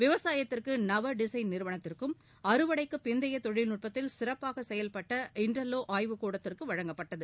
விவசாயத்திறகு நவ டிசைன் நிறுவனத்துக்கும் அறுவடைக்குப் பிந்தைய தொழில்நட்பத்தில் சிறப்பாக செயல்பட்ட இன்டல்லோ வழங்கப்பட்டது